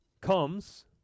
comes